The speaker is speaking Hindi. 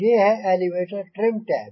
ये है एलेवेटर ट्रिम टैब